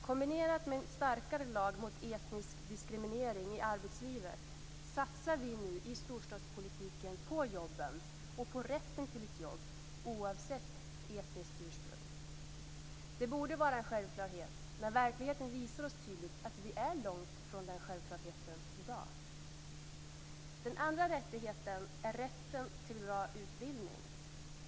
Kombinerat med en starkare lag mot etniskt diskriminering i arbetslivet satsar vi nu i storstadspolitiken på jobben och på rätten till ett jobb, oavsett etniskt ursprung. Det borde vara en självklarhet, men verkligheten visar oss tydligt att vi är långt ifrån den självklarheten i dag. Den andra rättigheten är rätten till bra utbildning.